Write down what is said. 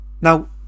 Now